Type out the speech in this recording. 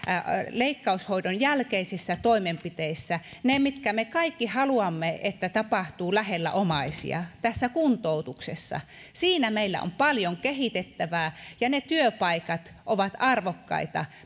leikkaushoidon jälkeisissä toimenpiteissä mitkä me kaikki haluamme tapahtuvan lähellä omaisia tässä kuntoutuksessa meillä on paljon kehitettävää ja ne työpaikat ovat arvokkaita